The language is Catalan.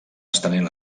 estenent